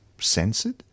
censored